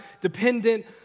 dependent